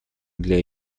для